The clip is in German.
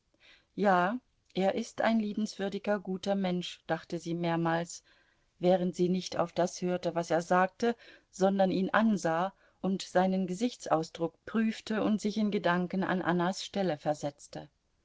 ja er ist ein liebenswürdiger guter mensch dachte sie mehrmals während sie nicht auf das hörte was er sagte sondern ihn ansah und seinen gesichtsausdruck prüfte und sich in gedanken an annas stelle versetzte